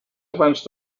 abans